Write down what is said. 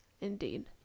indeed